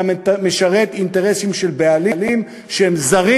אלא משרת אינטרסים של בעלים שהם זרים